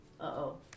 Uh-oh